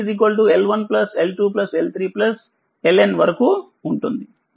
LNవరకు ఉంటుంది